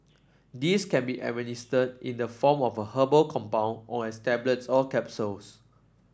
these can be administered in the form of a herbal compound or as tablets or capsules